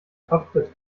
topfit